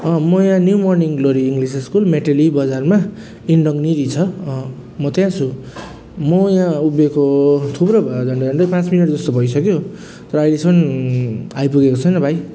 अँ म यहाँ New Morning Glory English School मेटली बजारमा इङडङनेरि छ म त्यहाँ छु म यहाँ उभिएको थुप्रो भयो झन्डै झन्डै पाँच मिनट जस्तो भइसक्यो तर अहिलेसम्म आइपुगेको छैन भाइ